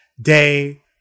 day